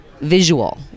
visual